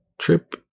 trip